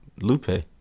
Lupe